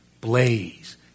Blaze